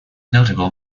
notable